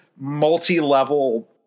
multi-level